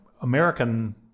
American